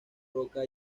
roca